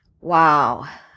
Wow